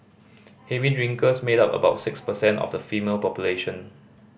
heavy drinkers made up about six percent of the female population